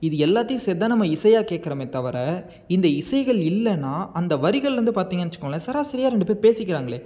இது எல்லாத்தையும் சேத்துதான் நம்ம இசையாக கேக்கிறமே தவிர இந்த இசைகள் இல்லைனா அந்த வரிகள்லேருந்து பாத்திங்கன்னு வச்சுக்கோங்களேன் சராசரியாக ரெண்டு பேர் பேசிக்கிறாங்களே